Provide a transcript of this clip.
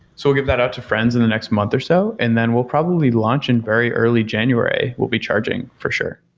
so we'll give that out to friends in the next month or so, and then we'll probably launch in very early january. we'll be charging for sure.